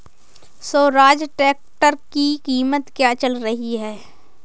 Swaraj tractor की कीमत क्या चल रही है?